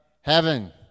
Heaven